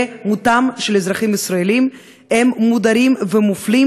במותם אזרחים ישראלים הם מודרים ומופלים